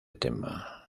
tema